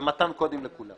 ומתן קודים לכולם.